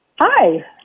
Hi